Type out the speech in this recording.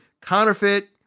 counterfeit